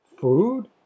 food